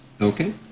Okay